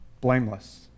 blameless